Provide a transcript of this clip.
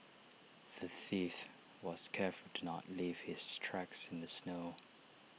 the thief was careful to not leave his tracks in the snow